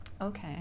okay